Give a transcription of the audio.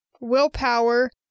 willpower